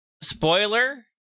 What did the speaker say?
Spoiler